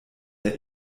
der